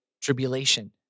tribulation